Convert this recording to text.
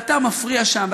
ואתה מפריע שם,